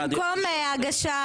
זו דרמה קולנועית.